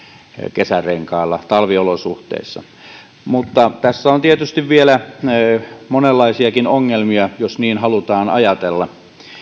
kesärenkailla talviolosuhteissa mutta tässä on tietysti vielä monenlaisiakin ongelmia jos niin halutaan ajatella